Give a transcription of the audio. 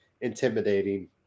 intimidating